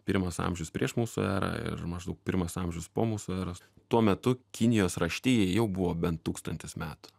pirmas amžiaus prieš mūsų erą ir maždaug pirmas amžiaus po mūsų eros tuo metu kinijos raštijai jau buvo bent tūkstantis metų